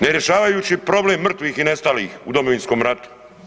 Ne rješavajući problem mrtvih i nestalih u Domovinskom ratu.